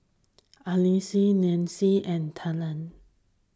Alyse Nancie and Tegan